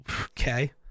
okay